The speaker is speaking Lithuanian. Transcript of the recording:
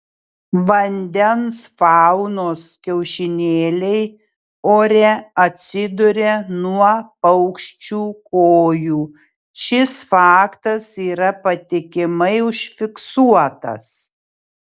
vandens faunos kiaušinėliai ore atsiduria nuo paukščių kojų šis faktas yra patikimai užfiksuotas